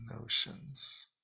notions